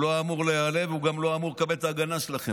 הוא לא אמור להיעלב והוא גם לא אמור לקבל את ההגנה שלכם.